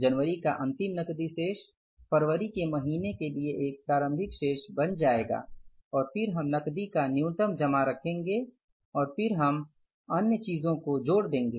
जनवरी का अंतिम नकदी शेष फरवरी के महीने के लिए एक प्रारंभिक शेष बन जाएगा और फिर हम नकदी का न्यूनतम जमा रखेंगे और फिर हम अन्य चीजों को जोड़ देंगे